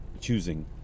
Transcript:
choosing